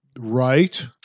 right